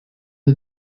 the